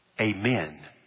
Amen